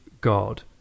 god